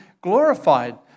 glorified